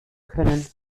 können